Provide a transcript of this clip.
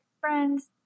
friends